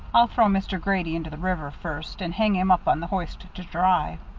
i'll throw mr. grady into the river first, and hang him up on the hoist to dry.